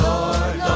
Lord